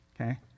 okay